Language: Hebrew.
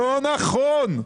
לא נכון.